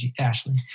Ashley